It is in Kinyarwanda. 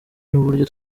n’uburyo